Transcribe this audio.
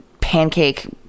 pancake